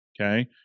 okay